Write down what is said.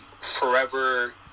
forever